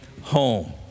home